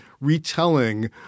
retelling